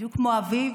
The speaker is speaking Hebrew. בדיוק כמו אביו,